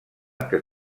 que